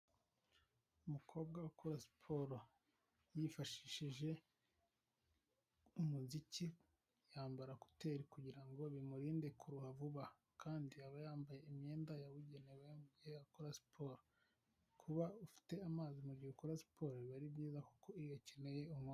Umukobwa ukora siporo yifashishije umuziki yambara kuteri kugira ngo bimurinde kuruha vuba kandi aba yambaye imyenda yabugenewe mugihe akora siporo. Kuba ufite amazi mugihe ukora siporo biba ari byiza kuko iyo uyakeneye unywaho.